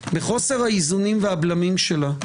בחוסר האיזונים והבלמים שלה,